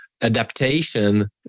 adaptation